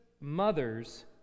mother's